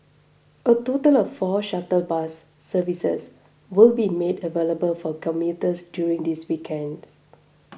a total of four shuttle bus services will be made available for commuters during these weekends